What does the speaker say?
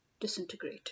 disintegrate